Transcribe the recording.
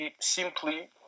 simply